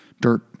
dirt